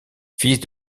fille